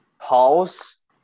pause